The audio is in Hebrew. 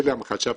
זה להמחשה בלבד.